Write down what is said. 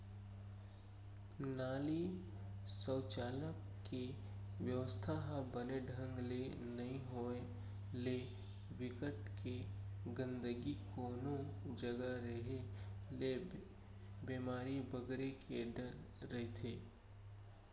नाली, सउचालक के बेवस्था ह बने ढंग ले नइ होय ले, बिकट के गंदगी कोनो जघा रेहे ले बेमारी बगरे के डर रहिथे